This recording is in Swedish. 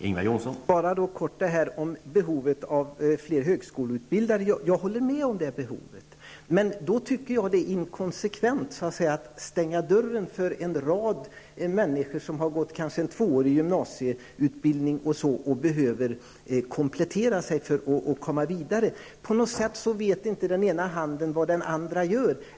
Herr talman! Bara några ord om behovet av fler högskoleutbildade. Jag instämmer i att det behovet finns, men jag tycker att det är inkonsekvent att stänga dörren för en rad människor som kanske har genomgått en tvåårig gymnasieutbildning och behöver komplettera den för att komma vidare. På något sätt vet inte den ena handen vad den andra gör.